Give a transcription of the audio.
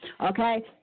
okay